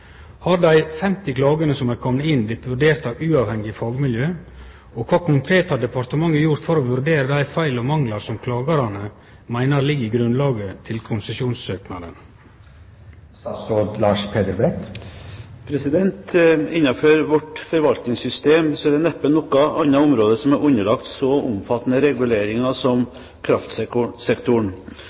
Har dei 50 klagene som er komne inn, blitt vurderte av uavhengige fagmiljø, og kva konkret har departementet gjort for å vurdere dei feil og manglar som klagarane meiner ligg i grunnlaget til konsesjonssøknaden?» Innenfor vårt forvaltningssystem er det neppe noe annet område som er underlagt så omfattende reguleringer som